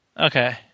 Okay